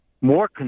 More